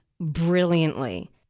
brilliantly